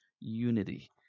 unity